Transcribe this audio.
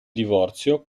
divorzio